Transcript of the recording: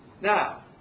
Now